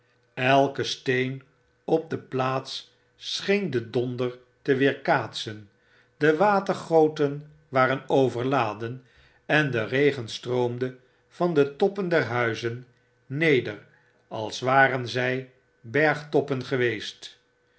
elke steen op de plaats scheen den donder te weerkaatsen de watergoten waren overladen en de regen stroomde van de toppen der huizen neder als waren zg bergtoppen geweest